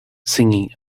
singing